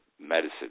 medicine